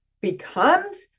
becomes